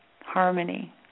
harmony